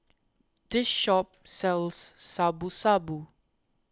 this shop sells Shabu Shabu